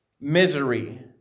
misery